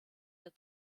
der